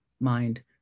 mind